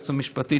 היועצת המשפטית,